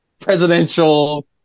presidential